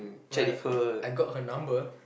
well I got her number